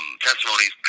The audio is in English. testimonies